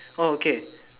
oh okay